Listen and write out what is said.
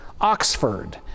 Oxford